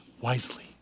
wisely